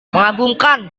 mengagumkan